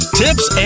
tips